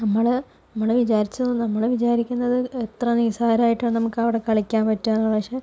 നമ്മള് നമ്മള് വിചാരിച്ചത് നമ്മള് വിചാരിക്കുന്നത് എത്ര നിസ്സാരമായിട്ടാ നമുക്ക് അവിടെ കളിക്കാൻ പറ്റുകയെന്ന് പക്ഷെ